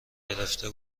گرفته